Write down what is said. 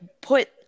put